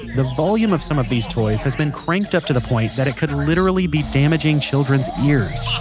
the volume of some of these toys has been cranked up to the point that it could literally be damaging children's ears.